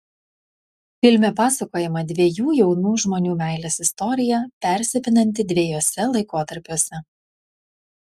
filme pasakojama dviejų jaunų žmonių meilės istorija persipinanti dviejuose laikotarpiuose